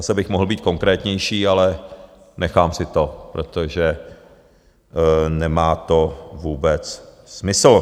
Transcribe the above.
Zase bych mohl být konkrétnější, ale nechám si to, protože to nemá vůbec smysl.